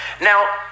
Now